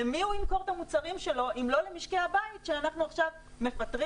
למי הוא ימכור את המוצרים שלו אם לא למשקי הבית שאנחנו עכשיו מפטרים.